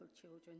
children